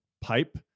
pipe